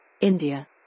India